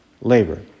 labor